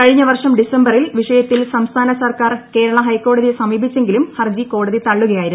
കഴിഞ്ഞ വർഷം ഡിസംബറിൽ വിഷയത്തിൽ സംസ്ഥാന സർക്കാർ കേരളഹൈക്കോടതിയെ സമീപിച്ചെങ്കിലും ഹർജി കോടതി തള്ളുകയായിരുന്നു